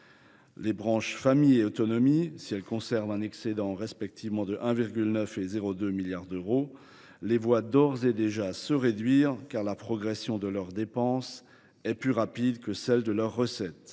Les branches famille et autonomie, si elles conservent des excédents, respectivement de 1,9 milliard et 0,2 milliard d’euros, les voient d’ores et déjà se réduire, car la progression de leurs dépenses est plus rapide que celles de leurs recettes.